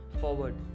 forward